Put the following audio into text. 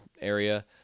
area